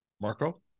Marco